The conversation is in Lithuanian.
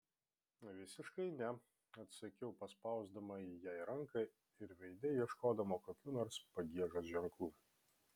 visiškai ne atsakiau paspausdama jai ranką ir veide ieškodama kokių nors pagiežos ženklų